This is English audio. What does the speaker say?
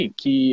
que